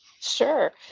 Sure